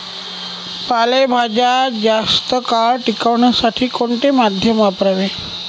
पालेभाज्या जास्त काळ टिकवण्यासाठी कोणते माध्यम वापरावे?